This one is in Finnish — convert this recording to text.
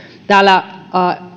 täällä